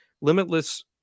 Limitless